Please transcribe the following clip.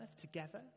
together